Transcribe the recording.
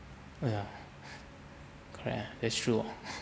well correct ah that's true